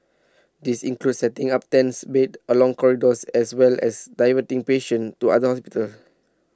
these include setting up tents beds along corridors as well as diverting patients to other hospitals